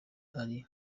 ari